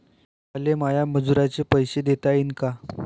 मले माया मजुराचे पैसे देता येईन का?